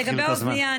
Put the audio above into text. לגבי האוזנייה,